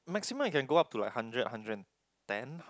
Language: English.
maximum I can go up to like hundred hundred and ten